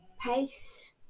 pace